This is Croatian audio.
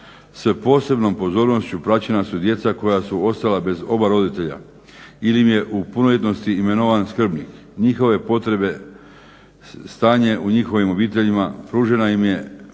S posebnom pozornošću praćena su djeca koja su ostala bez oba roditelja ili im je u punoljetnosti imenovan skrbnik. Njihove potrebe, stanje u njihovim obiteljima, pružena im je pomoć